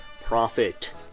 profit